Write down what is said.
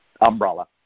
umbrella